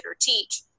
teach